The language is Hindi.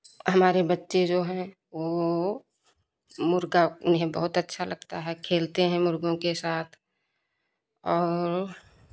हमारे बच्चे जो हैं वह वह मुर्गा उन्हें बहुत अच्छा लगता है खेलते हैं मुर्गों के साथ और